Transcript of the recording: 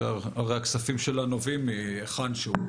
כי הרי הכספים שלה נובעים מהיכן-שהוא,